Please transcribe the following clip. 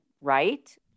right